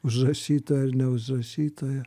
užrašytoje ar neužrašytoje